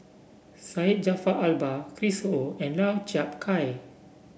Syed Jaafar Albar Chris Ho and Lau Chiap Khai